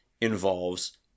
involves